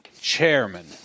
chairman